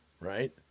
Right